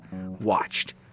watched